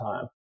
time